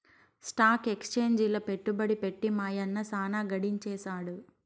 stock ఎక్సేంజిల పెట్టుబడి పెట్టి మా యన్న సాన గడించేసాడు